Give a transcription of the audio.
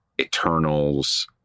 Eternals